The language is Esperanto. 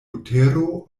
butero